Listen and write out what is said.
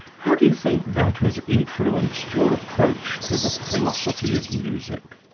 how do you think that has influenced your approach to the philosophy of music?